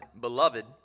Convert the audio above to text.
beloved